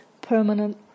permanent